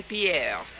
Pierre